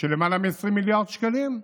של למעלה מ-20 מיליארד שקלים,